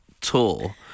tour